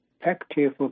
effective